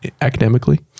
academically